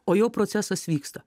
o jau procesas vyksta